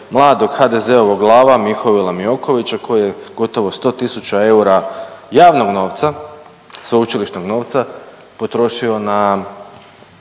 mladog HDZ-ovog lava Mihovila Miokovića koji je gotovo 10000 eura javnog novca, sveučilišnog novca potrošio na